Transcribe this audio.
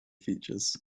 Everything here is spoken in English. features